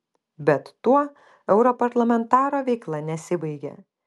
bet tuo europarlamentaro veikla nesibaigia